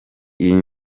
iyi